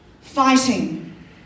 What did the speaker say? Fighting